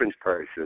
person